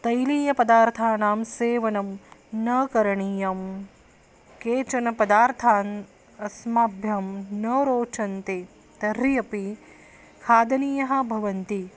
तैलीयपदार्थानां सेवनं न करणीयं केचन पदार्थान् अस्मभ्यं न रोचन्ते तर्हि अपि खादनीयः भवन्ति